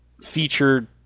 featured